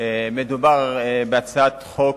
מדובר בהצעת חוק